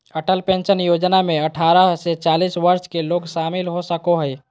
Atal pension Yojana में अठारह से चालीस वर्ष के लोग शामिल हो सको हइ